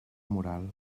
moral